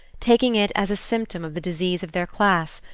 taking it as a symptom of the disease of their class,